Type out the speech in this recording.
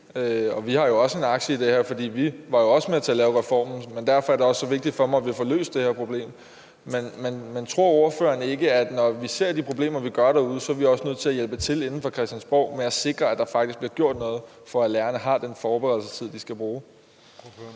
Vi har jo en aktie i det her, for vi var med til at lave reformen, men derfor er det også så vigtigt for mig, at vi får løst det her problem. Men tror ordføreren ikke, at når man ser de problemer derude, som man gør, så er vi også her fra Christiansborg nødt til at hjælpe til med at sikre, at der faktisk bliver gjort noget, for at lærerne har den forberedelsestid, de skal bruge?